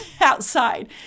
outside